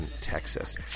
Texas